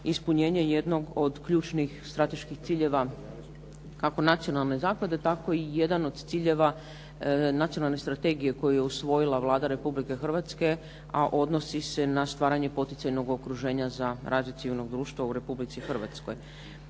ispunjenje jednog od ključnih strateških ciljeva kako Nacionalne zaklade, tako i jedan od ciljeva Nacionalne strategije koju je usvojila Vlada Republike Hrvatske, a odnosi se na stvaranje poticajnog okruženja za razvoj civilnog društva u Republici Hrvatskoj.